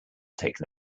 taken